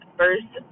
first